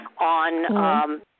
on –